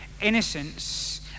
innocence